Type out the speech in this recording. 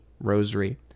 rosary